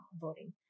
voting